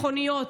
מכוניות,